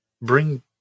Bring